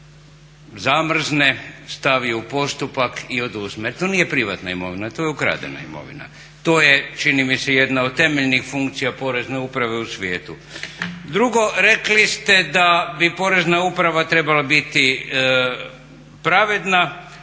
zamrzne, stavi u postupak i oduzme. To nije privatna imovina, to je ukradena imovina. To je čini mi se jedna od temeljnih funkcija Porezne uprave u svijetu. Drugo, rekli ste da bi Porezna uprava trebala biti pravedna.